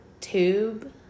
tube